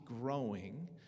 growing